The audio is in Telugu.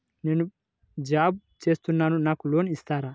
నేను జాబ్ చేస్తున్నాను నాకు లోన్ ఇస్తారా?